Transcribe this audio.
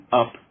up